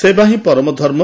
ସେବା ହିଁ ପରମ ଧର୍ମ